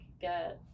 get